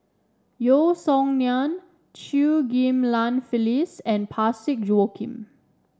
Yeo Song Nian Chew Ghim Lian Phyllis and Parsick Joaquim